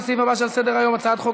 לסעיף הבא שעל סדר-היום: הצעת חוק